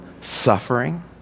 suffering